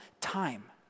time